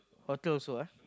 hotel also ah